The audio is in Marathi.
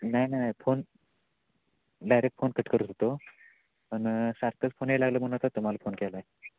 नाही नाही फोन डायरेक्ट फोन कट करत होतो पण सारखंच फोन याय लागलं म्हणून आता तुम्हाला फोन केला आहे